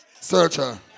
Searcher